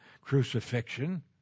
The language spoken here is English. crucifixion